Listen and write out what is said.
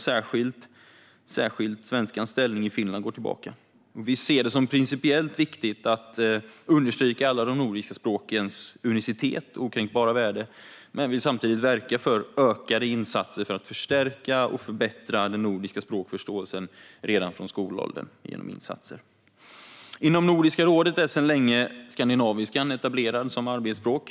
Särskilt går svenskans ställning i Finland tillbaka. Vi ser det som principiellt viktigt att understryka alla de nordiska språkens unicitet och okränkbara värde, men vill samtidigt verka för ökade insatser för att förstärka och förbättra den nordiska språkförståelsen redan från skolåldern genom insatser. Inom Nordiska rådet är sedan länge skandinaviskan etablerad som arbetsspråk.